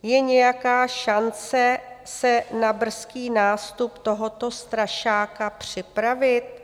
Je nějaká šance se na brzký nástup tohoto strašáka připravit?